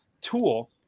tool